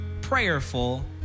prayerful